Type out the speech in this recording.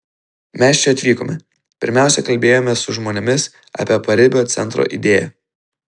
mes čia atvykome pirmiausia kalbėjomės su žmonėmis apie paribio centro idėją